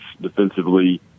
defensively